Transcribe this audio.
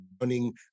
running